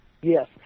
Yes